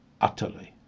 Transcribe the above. utterly